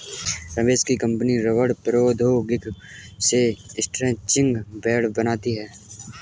रमेश की कंपनी रबड़ प्रौद्योगिकी से स्ट्रैचिंग बैंड बनाती है